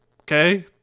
okay